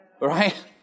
Right